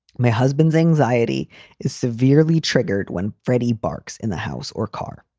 my husband's anxiety is severely triggered when freddy barks in the house or car.